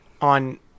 on